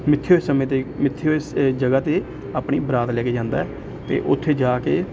ਮਿੱਥੇ ਸਮੇਂ 'ਤੇ ਮਿੱਥੇ ਹੋਏ ਜਗ੍ਹਾ 'ਤੇ ਆਪਣੀ ਬਰਾਤ ਲੈ ਕੇ ਜਾਂਦਾ ਅਤੇ ਉੱਥੇ ਜਾ ਕੇ